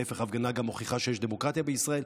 להפך, הפגנה גם מוכיחה שיש דמוקרטיה בישראל.